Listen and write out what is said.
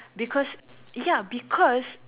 because ya because